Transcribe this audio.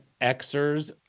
Xers